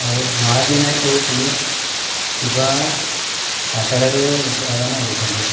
ଆଉ ମହାବିନାୟକ ହେଉଛି ଶିବ ପାତାଳରୁ ଉଦ୍ଭାବନ ହୋଇଛନ୍ତି